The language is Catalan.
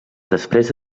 després